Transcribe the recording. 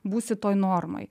būsi toj normoj